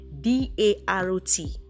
d-a-r-o-t